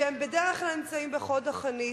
שהם בדרך כלל נמצאים בחוד החנית,